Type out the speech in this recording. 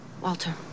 Walter